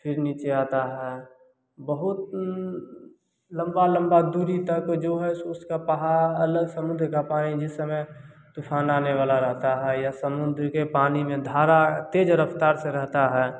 फ़िर नीचे आता है बहूत लम्बा लम्बा दूरी तक जो है उस उसका पहाड़ समुद्र का पानी जिस समय तूफान आने वाला रहता है या समुद्र के धारा में तेज़ रफ्तार से रहता है